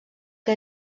que